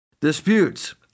disputes